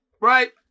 right